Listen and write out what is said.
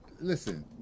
listen